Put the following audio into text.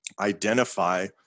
identify